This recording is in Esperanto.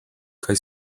kaj